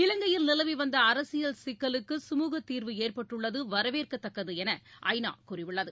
இலங்கையில் நிலவி வந்த அரசியல் சிக்கலுக்கு கமுகத் தீர்வு ஏற்பட்டுள்ளது வரவேற்க தக்கது என ஐ நா கூறியுள்ளது